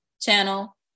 channel